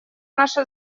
наше